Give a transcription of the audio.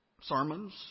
sermons